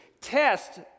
test